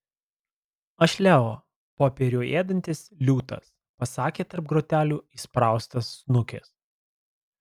aš leo popierių ėdantis liūtas pasakė tarp grotelių įspraustas snukis